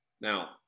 Now